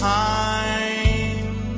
time